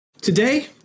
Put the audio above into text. Today